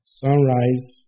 sunrise